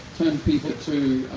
turned people to